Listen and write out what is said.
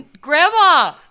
Grandma